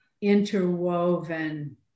interwoven